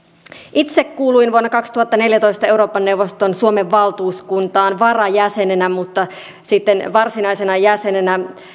itse kuuluin vuonna kaksituhattaneljätoista euroopan neuvoston suomen valtuuskuntaan varajäsenenä mutta sitten varsinaisena jäsenenä